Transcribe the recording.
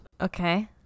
Okay